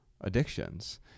addictions